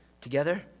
together